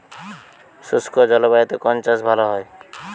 শুষ্ক জলবায়ুতে কোন চাষ ভালো হয়?